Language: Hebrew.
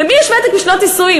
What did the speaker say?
למי יש ותק ושנות נישואים,